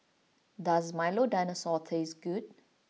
does Milo Dinosaur taste good